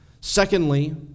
Secondly